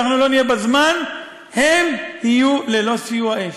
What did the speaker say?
ואם אנחנו לא נהיה בזמן הם יהיו ללא סיוע אש.